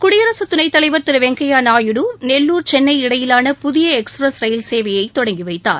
குடியரசு துணைத்தலைவர் திரு வெங்கையா நாயுடு நெல்லூர் சென்னை இடையிவான புதிய மின் எக்ஸ்பிரஸ் ரயில் சேவையை தொடங்கிவைத்தார்